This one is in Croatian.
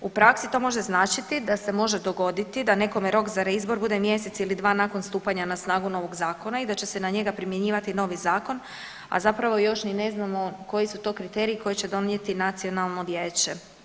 U praksi to može značiti da se može dogoditi da nekome rok za reizbor bude mjesec ili dva nakon stupanja na snagu novog zakona i da će se na njega primjenjivati novi zakon, a zapravo još ni ne znamo koji su to kriteriji koji će donijeti Nacionalno vijeća.